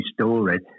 story